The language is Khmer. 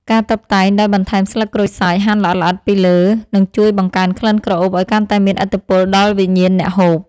ការតុបតែងដោយបន្ថែមស្លឹកក្រូចសើចហាន់ល្អិតៗពីលើនឹងជួយបង្កើនក្លិនក្រអូបឱ្យកាន់តែមានឥទ្ធិពលដល់វិញ្ញាណអ្នកហូប។